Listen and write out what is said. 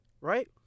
right